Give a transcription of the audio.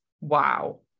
Wow